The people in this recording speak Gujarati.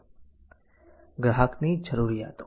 ગ્રાહકની જરૂરિયાતો